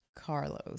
Carlos